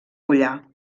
collar